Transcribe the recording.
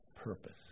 purpose